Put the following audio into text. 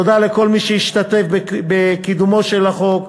תודה לכל מי שהשתתף בקידומו של החוק: